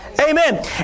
Amen